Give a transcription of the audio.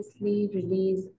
release